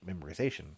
memorization